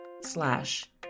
slash